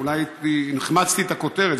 החמצתי את הכותרת.